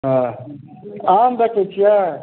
हँ आम बेचैत छियै